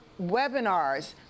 webinars